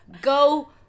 go